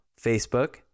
Facebook